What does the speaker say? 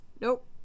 nope